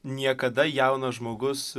niekada jaunas žmogus